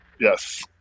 Yes